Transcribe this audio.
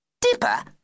Dipper